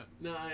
no